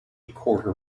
quarter